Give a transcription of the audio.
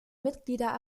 mitglieder